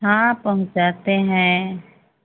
हाँ पहुँचाते हैं